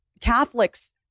Catholics